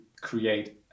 create